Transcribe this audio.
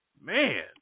Man